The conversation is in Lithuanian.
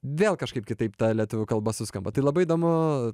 vėl kažkaip kitaip ta lietuvių kalba suskamba tai labai įdomu